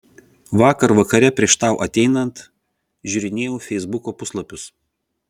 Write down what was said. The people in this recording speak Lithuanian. vakar vakare prieš tau ateinant žiūrinėjau feisbuko puslapius